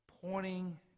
Pointing